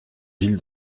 ville